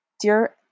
Dear